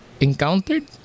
encountered